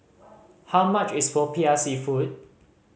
how much is Popiah Seafood